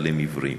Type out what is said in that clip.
אבל הם עיוורים,